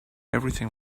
everything